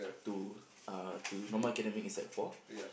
to uh to normal academic in sec four